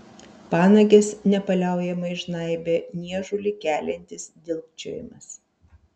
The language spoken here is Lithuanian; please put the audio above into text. panages nepaliaujamai žnaibė niežulį keliantis dilgčiojimas